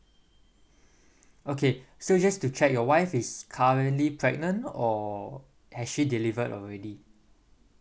okay so just to check your wife is currently pregnant or has she delivered already